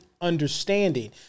understanding